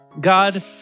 God